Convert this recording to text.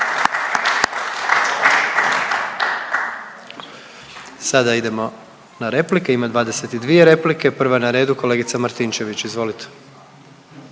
Sada idemo na replike. Ima 22 replike. Prva je na redu kolegica Martinčević, izvolite.